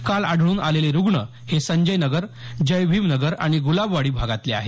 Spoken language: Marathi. काल आढळून आलेले रूग्ण हे संजयनगर जयभीमनगर आणि गुलाबवाडी भागातले आहेत